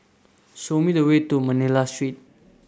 Show Me The Way to Manila Street